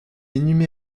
inhumée